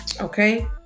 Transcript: okay